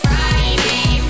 Friday